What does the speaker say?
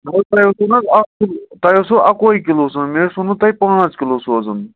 تۄہہِ اوسوٕ نہٕ اکھ تۄہہِ اوسوُ اکوے کِلوٗ سوٗزمُت مےٚ ووٚنوُ تۄہہِ پانژھ کِلوٗ سوزُن